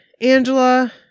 Angela